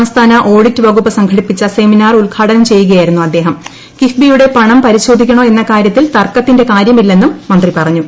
സംസ്ഥാന ഓഡിറ്റ് പ്ലികുപ്പ് സംഘടിപ്പിച്ച സെമിനാർ ഉദ്ഘാടനം ചെയ്യുകയായിരുന്നു അദ്ദേഹ്ഹം കിഫ്ബിയുടെ പണം പരിശോധിക്ക്ണോ് എന്ന കാര്യത്തിൽ തർക്കത്തിന്റെ കാര്യമില്ലെന്നും മീന്ത്രി പറഞ്ഞു